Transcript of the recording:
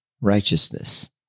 righteousness